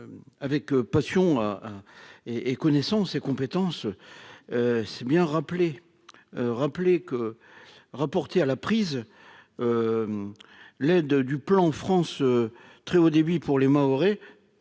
avec passion ah ah et et connaissances et compétences c'est bien rappelé rappelé que reporter à la prise l'aide du plan France très haut débit pour les Mahorais